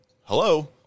Hello